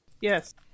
Yes